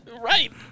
Right